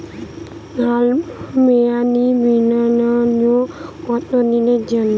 সল্প মেয়াদি বিনিয়োগ কত দিনের জন্য?